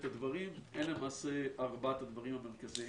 הדברים אלה למעשה ארבעת הדברים המרכזיים.